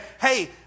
hey